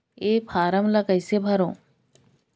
ये फारम ला कइसे भरो?